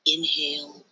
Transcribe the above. Inhale